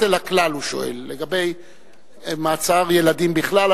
אל הכלל הוא שואל לגבי מעצר ילדים בכלל,